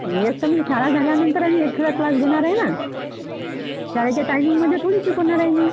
लेस कमी शाळा झाल्यानंतर आम्ही एक्सट्रा क्लास घेणार आहे ना शाळेच्या टाइमिंगमध्ये थोडी शिकवणार आहे मी